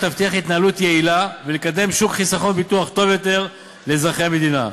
שתבטיח התנהלות יעילה ותקדם שוק חיסכון וביטוח טוב יותר לאזרחי המדינה.